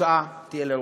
שהתוצאה תהיה לרוחנו.